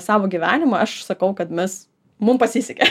savo gyvenimą aš sakau kad mes mum pasisekė